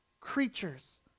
creatures